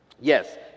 Yes